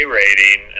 rating